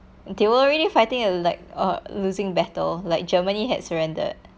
they were already fighting like a losing battle like germany had surrendered